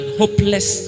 hopeless